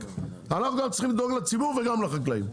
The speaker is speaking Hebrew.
אנחנו גם צריכים לדאוג לציבור וגם לחקלאים,